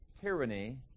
tyranny